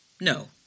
no